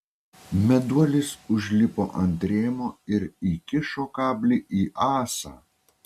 meduolis užlipo ant rėmo ir įkišo kablį į ąsą